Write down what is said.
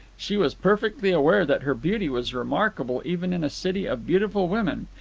she was perfectly aware that her beauty was remarkable even in a city of beautiful women,